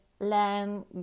land